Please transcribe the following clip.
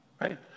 right